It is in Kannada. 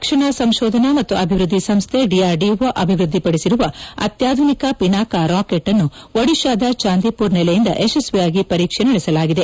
ರಕ್ಷಣಾ ಸಂಶೋಧನಾ ಮತ್ತು ಅಭಿವೃದ್ದಿ ಸಂಸ್ದೆ ಡಿಆರ್ಡಿಒ ಅಭಿವೃದ್ದಿಪಡಿಸಿರುವ ಅತ್ಯಾಧುನಿಕ ಪಿನಾಕಾ ರಾಕೆಟ್ ಅನ್ನು ಒಡಿಶಾದ ಚಾಂದಿಪುರ್ ನೆಲೆಯಿಂದ ಯಶಸ್ವಿಯಾಗಿ ಪರೀಕ್ಷೆ ನಡೆಸಲಾಗಿದೆ